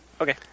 Okay